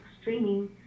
streaming